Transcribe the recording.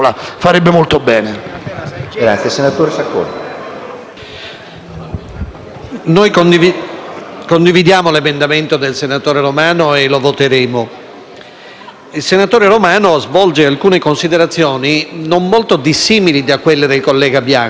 Condividiamo l'emendamento del senatore Romano e lo voteremo favorevolmente. Il senatore Romano svolge alcune considerazioni non molto dissimili da quelle del collega Bianco, a ben ascoltarlo.